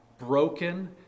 broken